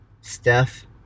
Steph